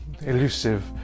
elusive